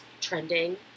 trending